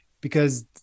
because-